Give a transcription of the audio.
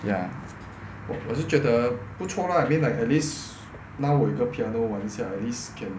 ya 我是觉得不错 lah I mean like at least now 我有一个 piano 玩一下 at least can